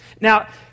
Now